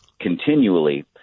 continually